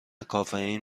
کافئین